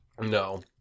No